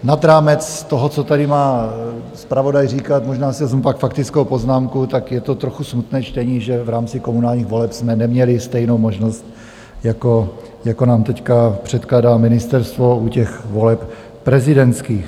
Nad rámec toho, co tady má zpravodaj říkat možná si pak vezmu faktickou poznámku je to trochu smutné čtení, že v rámci komunálních voleb jsme neměli stejnou možnost, jako nám teď předkládá ministerstvo u voleb prezidentských.